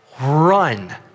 Run